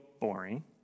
boring